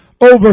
over